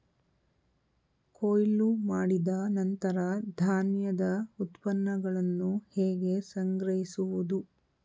ಕೊಯ್ಲು ಮಾಡಿದ ನಂತರ ಧಾನ್ಯದ ಉತ್ಪನ್ನಗಳನ್ನು ಹೇಗೆ ಸಂಗ್ರಹಿಸುವುದು?